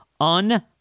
Un